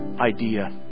idea